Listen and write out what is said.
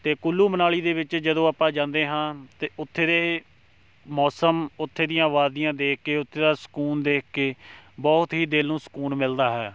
ਅਤੇ ਕੁੱਲੂ ਮਨਾਲੀ ਦੇ ਵਿੱਚ ਜਦੋਂ ਆਪਾਂ ਜਾਂਦੇ ਹਾਂ ਅਤੇ ਉੱਥੇ ਦੇ ਮੌਸਮ ਉੱਥੇ ਦੀਆਂ ਵਾਦੀਆਂ ਦੇਖ ਕੇ ਉੱਥੇ ਦਾ ਸਕੂਨ ਦੇਖ ਕੇ ਬਹੁਤ ਹੀ ਦਿਲ ਨੂੰ ਸਕੂਨ ਮਿਲਦਾ ਹੈ